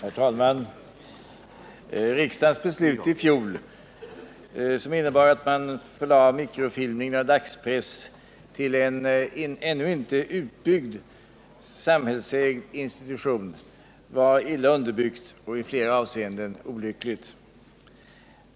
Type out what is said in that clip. Herr talman! Riksdagens beslut i fjol, som innebar att man förlade mikrofilmning av dagspress till en ännu inte utbyggd samhällsägd institution, var illa underbyggt och i flera avseenden olyckligt.